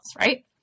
right